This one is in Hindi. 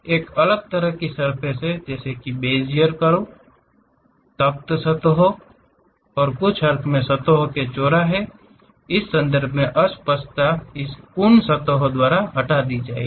एक अलग तरह की सर्फ़ेस है जैसे कि बेज़ियर सतहों तख़्त सतहों और कुछ अर्थों में सतहों के चौराहे के संदर्भ में अस्पष्टता इस कून सतहों द्वारा हटा दी जाएगी